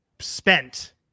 spent